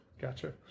gotcha